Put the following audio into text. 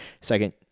second